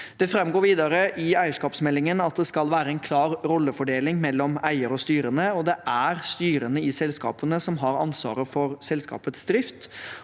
Det framgår videre i eierskapsmeldingen at det skal være en klar rollefordeling mellom eier og styrene, og det er styrene i selskapene som har ansvaret for selskapets drift,